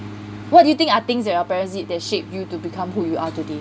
what do you think are things that your parents did that shaped you to become who you are today